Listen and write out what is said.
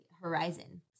horizon